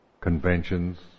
conventions